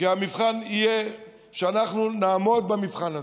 כי המבחן יהיה שאנחנו נעמוד במבחן הזה.